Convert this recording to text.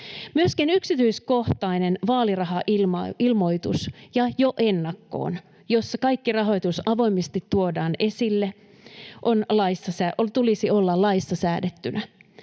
Myöskin yksityiskohtaisen vaalirahailmoituksen — ja jo ennakkoon — jossa kaikki rahoitus avoimesti tuodaan esille, tulisi olla laissa säädettynä.